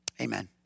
amen